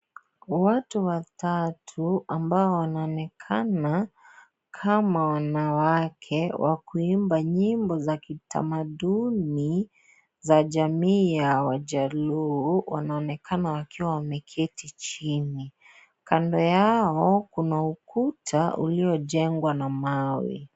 Watu watatu ambao wanaonekana kama wanawake wa kuimba nyimbo za kitamaduni za jamii ya wajaluo, wanaoekana wakiwa wameketi chini. Kando yao kuna ukuta uliojengwa na mawe.